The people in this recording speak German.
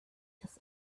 das